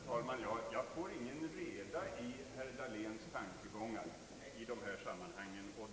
Herr talman! Jag får ingen reda i herr Dahléns tankegångar i detta sammanhang.